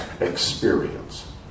experience